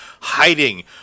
hiding